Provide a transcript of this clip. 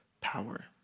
power